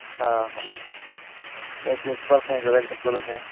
ହଁ ହଁ ମୁଇଁ ପ୍ରିନ୍ସିପାଲ୍ ସାଙ୍ଗେ ଯୋଗାଯୋଗ କରୁଚେଁ